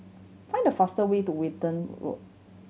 find the faster way to Walton Road